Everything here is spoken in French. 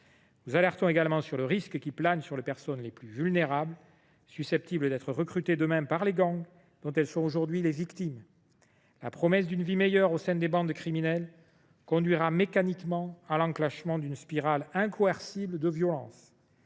Nous alertons également sur le risque pesant sur les personnes les plus vulnérables, susceptibles d’être recrutées demain par les gangs dont elles sont aujourd’hui les victimes. La promesse d’une vie meilleure au sein de ces bandes criminelles conduira mécaniquement à une spirale incoercible de violences.